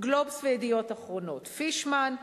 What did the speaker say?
"גלובס" ו"ידיעות אחרונות" פישמן,